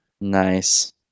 Nice